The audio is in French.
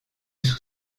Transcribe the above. sous